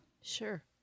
Sure